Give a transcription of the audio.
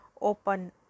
open